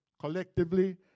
collectively